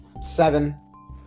Seven